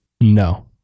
No